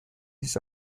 his